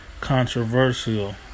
controversial